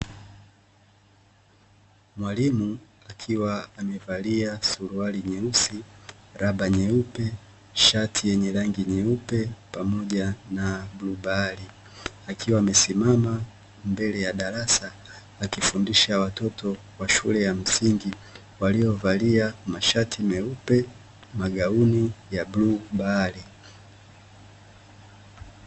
Mwalimu akiwa amevalia suruali nyeusi, raba nyeupe, shati yenye rangi nyeupe pamoja na bluu bahari. akiwa amesimama mbele ya darasa akiwafundisha watoto wa shule ya msingi waliyovalia, mashati meupe, magauni ya bluu bahari.